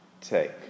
take